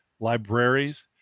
libraries